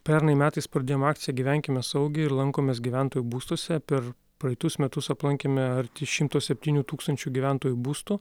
pernai metais pradėjom akciją gyvenkime saugiai ir lankomės gyventojų būstuose per praeitus metus aplankėme arti šimto septynių tūkstančių gyventojų būstų